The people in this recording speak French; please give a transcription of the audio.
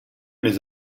mes